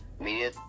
Media